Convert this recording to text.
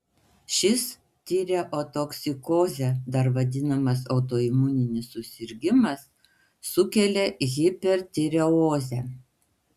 šis tireotoksikoze dar vadinamas autoimuninis susirgimas sukelia hipertireozę